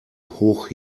hoch